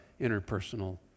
interpersonal